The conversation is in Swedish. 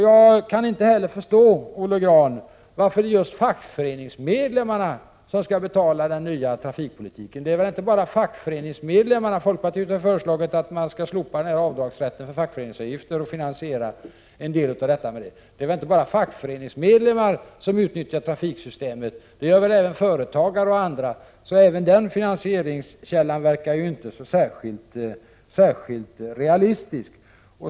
Jag kan inte heller förstå, Olle Grahn, varför just fackföreningsmedlemmarna skall betala den nya trafikpolitiken. Folkpartiet har ju föreslagit att avdragsrätten för fackföreningsavgifter skall slopas och att en del trafikinvesteringar skall finansieras med de pengarna. Men det är väl inte bara fackföreningsmedlemmar som utnyttjar trafiksystemet. Det gör även företagare och andra, så inte heller den finansieringskällan verkar särskilt realistisk.